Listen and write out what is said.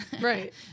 right